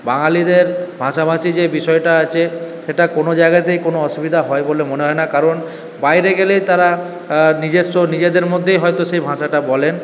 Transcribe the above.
বাঙালিদের ভাষাভাষির যে বিষয়টা আছে সেটা কোনো জায়গাতেই কোনো অসুবিধা হয় বলে মনে হয় না কারণ বাইরে গেলেই তারা নিজস্ব নিজেদের মধ্যেই হয়তো সেই ভাষাটা বলেন